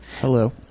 Hello